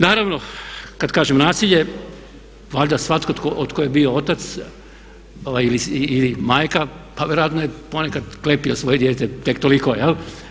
Naravno kad kažem nasilje valjda svatko tko je bio otac ili majka pa vjerojatno je ponekad klepio svoje dijete tek toliko, jel?